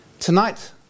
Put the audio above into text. Tonight